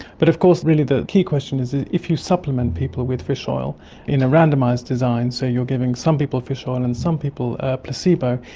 but of course really the key question is if you supplement people with fish oil in a randomised design, so you are giving some people fish oil and and some people a placebo,